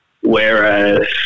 Whereas